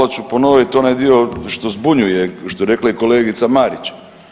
Malo ću ponoviti onaj dio što zbunjuje, što je rekla i kolegica Marić.